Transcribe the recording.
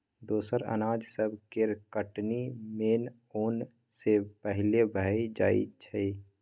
दोसर अनाज सब केर कटनी मेन ओन सँ पहिले भए जाइ छै